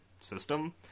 system